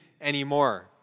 anymore